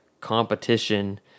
competition